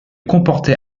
comportait